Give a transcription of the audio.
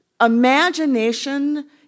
Imagination